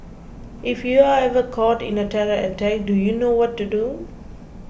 if you are ever caught in a terror attack do you know what to do